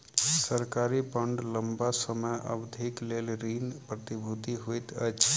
सरकारी बांड लम्बा समय अवधिक लेल ऋण प्रतिभूति होइत अछि